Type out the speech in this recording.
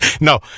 No